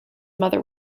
mother